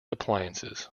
appliances